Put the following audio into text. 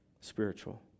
spiritual